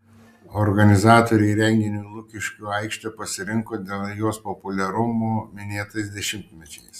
organizatoriai renginiui lukiškių aikštę pasirinko dėl jos populiarumo minėtais dešimtmečiais